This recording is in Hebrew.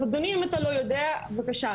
אז, אדוני, אם אתה לא יודע, בבקשה.